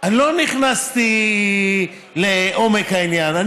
אני לא נכנסתי לעומק העניין.